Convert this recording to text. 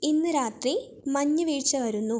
ഇന്ന് രാത്രി മഞ്ഞ് വീഴ്ച വരുന്നു